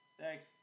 Thanks